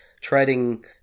trading